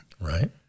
Right